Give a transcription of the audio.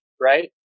right